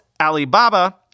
Alibaba